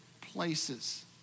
places